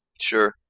Sure